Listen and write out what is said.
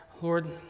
Lord